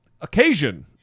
occasion